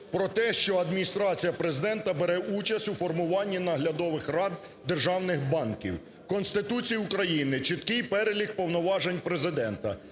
про те, що Адміністрація Президента бере участь у формуванні наглядових рад державних банків. В Конституції України чіткий перелік повноважень Президента,